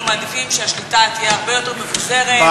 מעדיפים שהשליטה תהיה הרבה יותר מבוזרת.